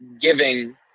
giving